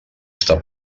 està